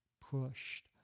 pushed